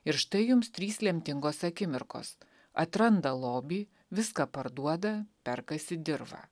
ir štai jums trys lemtingos akimirkos atranda lobį viską parduoda perkasi dirvą